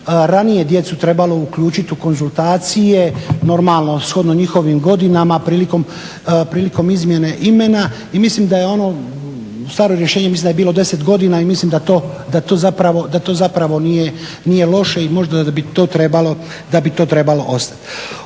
ranije djecu trebalo uključit u konzultacije, normalno shodno njihovim godinama, prilikom izmjene imena. I mislim da je ono, staro rješenje mislim da je bilo 10 godina i mislim da to zapravo nije loše i možda bi to trebalo, da